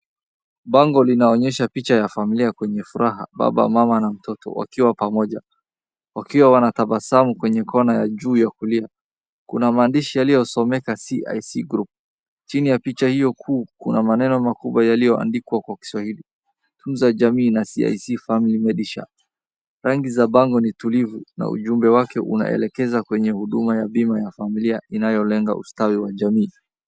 Bango linaonyesha picha ya familia kwenye furaha, baba, mama na mtoto wakiwa pamoja, wakiwa wana tabasamu kwenye kona ya juu ya kulia. Kuna maandishi yaliyosomeka CIC Group . Chini ya picha hiyo kuu kuna maneno makubwa yaliyoandikwa kwa Kiswahili, Tunza Jamii na CIC Family Medisure . Rangi za bango ni tulivu na ujumbe wake unaelekeza kwenye huduma ya bima ya familia inayolenga ustawi wa jamii.